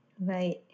Right